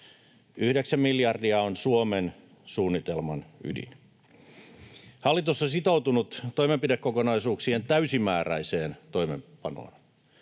miljardia on Suomen suunnitelman ydin. Hallitus on sitoutunut toimenpidekokonaisuuksien täysimääräiseen toimeenpanoon.